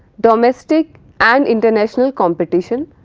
domestic and international competition,